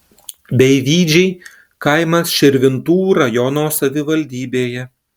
beivydžiai kaimas širvintų rajono savivaldybėje